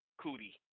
Cootie